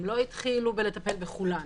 הם לא התחילו בטיפול בכולם.